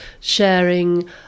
sharing